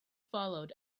followed